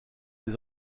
les